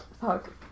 Fuck